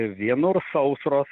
vienur sausros